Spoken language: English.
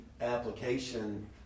application